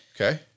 Okay